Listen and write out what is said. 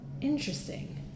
Interesting